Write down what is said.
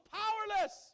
powerless